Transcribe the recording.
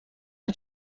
است